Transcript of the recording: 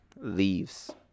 leaves